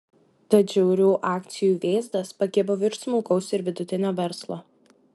tad žiaurių akcijų vėzdas pakibo virš smulkaus ir vidutinio verslo